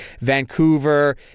Vancouver